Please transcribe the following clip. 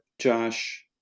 Josh